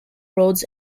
roads